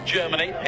Germany